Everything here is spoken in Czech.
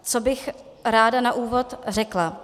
Co bych ráda na úvod řekla.